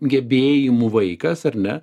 gebėjimų vaikas ar ne